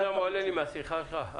אתה יודע מה עולה לי מהשיחה איתך?